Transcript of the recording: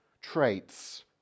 traits